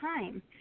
time